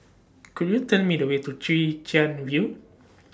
Could YOU Tell Me The Way to Chwee Chian View